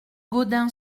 gaudin